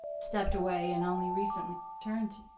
stepped away and only recently returned